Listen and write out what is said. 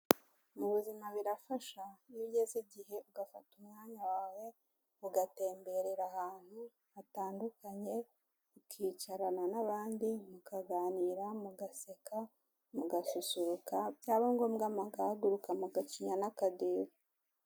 Mu buzima birafasha iyo ugeze igihe ugafata umwanya wawe ugatemberera ahantu hatandukanye ukicarana n'abandi mukaganira, mugaseka, mugasusuruka, byaba ngombwa mugahaguruka mugacinya n'akadiho.